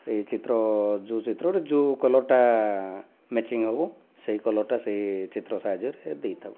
ଏହି ଚିତ୍ର ଯେଉଁ ଚିତ୍ରରେ ଯେଉଁ କଲରଟା ମ୍ୟାଚିଙ୍ଗ ହେବ ସେହି କଲରଟା ସେହି ଚିତ୍ର ସାହାଯ୍ୟରେ ଦେଇଥାଉ